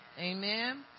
Amen